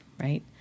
right